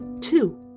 two